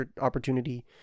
opportunity